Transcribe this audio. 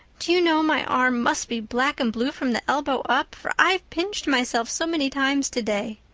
do you know, my arm must be black and blue from the elbow up, for i've pinched myself so many times today.